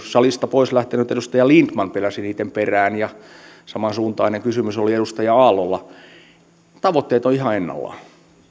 salista pois lähtenyt edustaja lindtman penäsi niitten perään ja samansuuntainen kysymys oli edustaja aallolla tavoitteet ovat ihan ennallaan